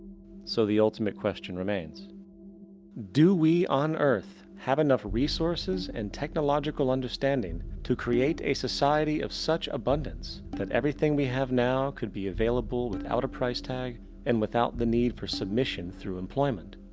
so the ultimate question remains do we on earth have enough resources and technological understanding to create a society of such abundance, that everything we have now could be available without a price tag and without the need for submission through employment?